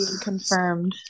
confirmed